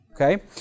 Okay